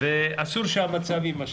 ואסור שהמצב יימשך.